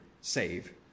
save